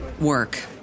work